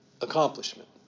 accomplishment